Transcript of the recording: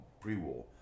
pre-war